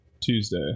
Tuesday